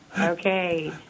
Okay